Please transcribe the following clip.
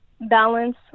balance